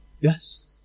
Yes